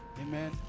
Amen